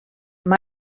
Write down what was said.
mar